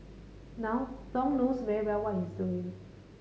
now Thong knows very well what he's doing